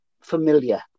familiar